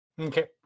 Okay